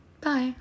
Bye